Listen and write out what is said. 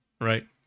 right